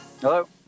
Hello